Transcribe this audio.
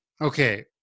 okay